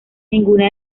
ninguna